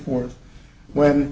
forth when